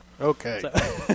Okay